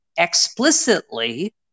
explicitly